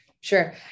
Sure